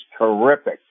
Terrific